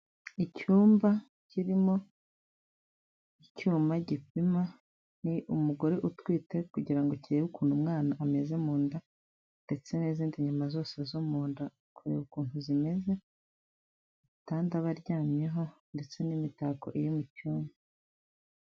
Icyumba kirimo icyuma gipima umugore utwite kugira ngo kirebe ukuntu umwana ameze mu nda ndetse n'izindi nyama zose zo munda kureba ukuntu zimeze, igitanda aba aryamyeho ndetse n'imitako iri mu cyumba.